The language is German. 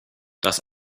das